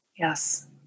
Yes